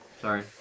Sorry